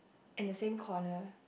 in the same corner